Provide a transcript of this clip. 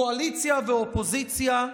קואליציה ואופוזיציה,